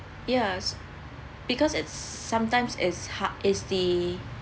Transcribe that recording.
yes because it's sometimes is hard it's the